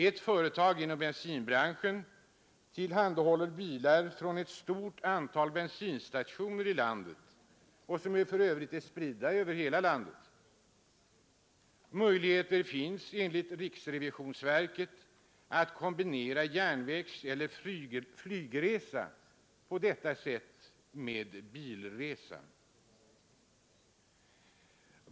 Ett företag inom bensinbranschen tillhandahåller bilar vid ett stort antal bensinstationer, spridda över hela landet. Möjligheter finns enligt verket att kombinera järnvägseller flygresa på detta sätt med bilresa.